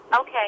Okay